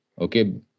Okay